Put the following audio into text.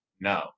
No